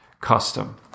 custom